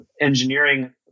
engineering